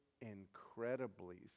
incredibly